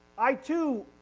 i too